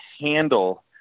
handle